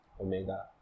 omega